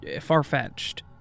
far-fetched